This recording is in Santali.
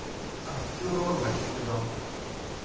ᱟᱹᱪᱩᱨᱚᱜ ᱞᱟᱹᱜᱤᱫ ᱛᱮᱫᱚ